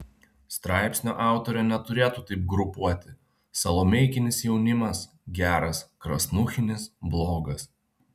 straipsnio autorė neturėtų taip grupuoti salomeikinis jaunimas geras krasnuchinis blogas